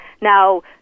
Now